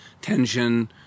tension